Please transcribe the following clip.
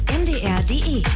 mdr.de